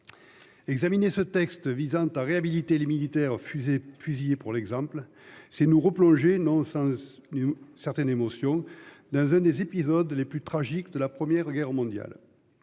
Examiner ce texte visant à réhabiliter les militaires fusée fusillés pour l'exemple, c'est nous replonger dans le sens d'une certaine émotion dans un des épisodes les plus tragiques de la première guerre mondiale.